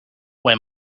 wear